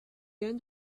end